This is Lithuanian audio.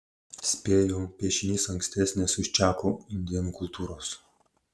spėju piešinys ankstesnės už čako indėnų kultūros